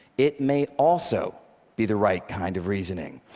it may also be the right kind of reasoning.